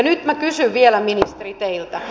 nyt minä kysyn vielä ministeri teiltä